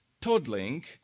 toddling